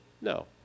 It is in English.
no